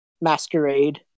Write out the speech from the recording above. masquerade